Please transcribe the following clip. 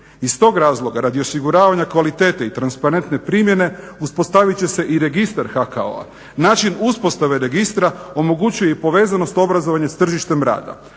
Iz tog razloga radi osiguravanja kvalitete i transparentne primjene uspostavit će se i registar HKO-a, način uspostave registra omogućuje i povezanost obrazovanja s tržištem rada.